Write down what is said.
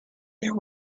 there